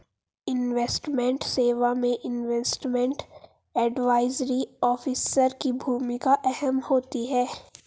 investment सेवा में investment advisory officer की भूमिका अहम होती है